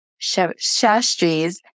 Shastri's